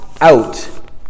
out